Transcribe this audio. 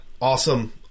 Awesome